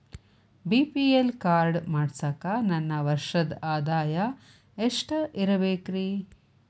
BPL card ಮಾಡ್ಸಾಕ ನನ್ನ ವರ್ಷದ್ ಆದಾಯ ಎಷ್ಟ ಇರಬೇಕ್ರಿ?